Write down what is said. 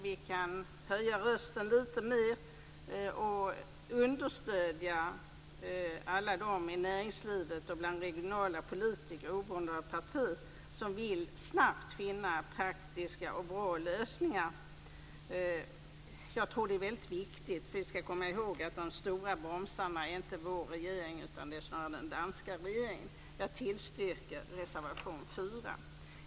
Vi kan höja rösten lite mer och understödja näringslivet och regionala politiker oberoende av parti som snabbt vill finna praktiska och bra lösningar. Jag tror att det är väldigt viktigt. Vi ska nämligen komma ihåg att den stora bromsen inte är vår regering utan snarare den danska regeringen. Jag yrkar bifall till reservation 4.